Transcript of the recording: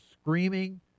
screaming